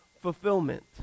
fulfillment